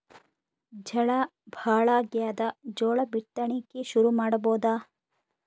ಝಳಾ ಭಾಳಾಗ್ಯಾದ, ಜೋಳ ಬಿತ್ತಣಿಕಿ ಶುರು ಮಾಡಬೋದ?